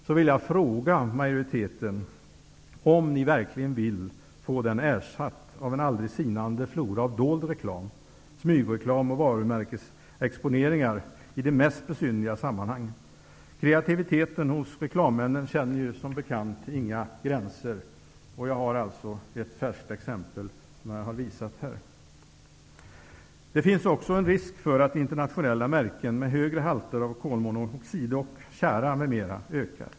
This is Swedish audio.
Då vill jag fråga majoriteten om den verkligen vill få denna ersatt av en aldrig sinande flora av dold reklam -- smygreklam och varumärkesexponeringar i de mest besynnerliga sammanhang. Kreativiteten hos reklammännen känner som bekant inga gränser. Det var alltså ett färskt exempel som jag tog upp. Det finns också risk för att internationella märken med högre halter av kolmonoxid och tjära m.m. ökar.